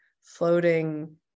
floating